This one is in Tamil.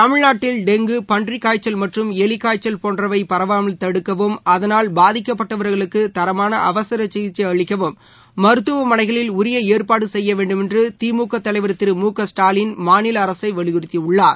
தமிழ்நாட்டில் டெங்கு பன்றிக் காய்ச்சல் மற்றும் எலிக்காய்ச்சல் போன்றவை பரவாமல் தடுக்கவும் அதனால் பாதிக்கப்பட்டவர்களுக்கு தரமான அவசர சிகிச்சை அளிக்கவும் மருத்துவமனைகளில் உரிய ஏற்பாடு செய்ய வேண்டுமென்று திமுக தலைவர் திரு மு க ஸ்டாலின் மாநில அரசை வலிறுத்தியுள்ளார்